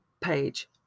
page